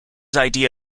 idea